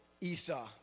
Esau